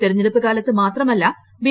തെരഞ്ഞെടുപ്പ് കാലത്ത് മാത്രമല്ല ബി